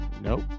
Nope